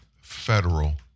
federal